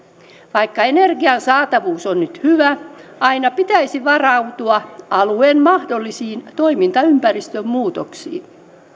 vaikka energian saatavuus on nyt hyvä aina pitäisi varautua alueen mahdollisiin toimintaympäristön muutoksiin